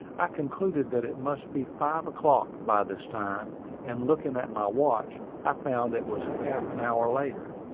i concluded that it must be five o'clock by this time and looking at my watch, i found it was half an hour later.